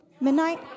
Midnight